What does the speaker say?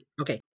Okay